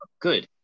good